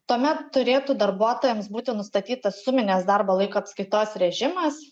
tuomet turėtų darbuotojams būti nustatytas suminės darbo laiko apskaitos režimas